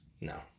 No